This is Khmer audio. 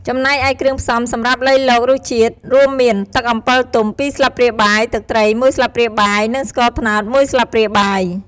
ចំណែកឯគ្រឿងផ្សំសម្រាប់លៃលករសជាតិ រួមមាន ទឹកអំពិលទុំ ២ ស្លាបព្រាបាយ ទឹកត្រី ១ ស្លាបព្រាបាយ និង ស្ករត្នោត ១ ស្លាបព្រាបាយ។